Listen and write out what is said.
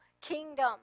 kingdom